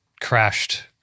crashed